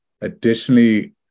Additionally